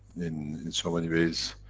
in. in so many ways,